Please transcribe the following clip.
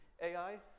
AI